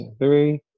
Three